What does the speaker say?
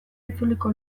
itzuliko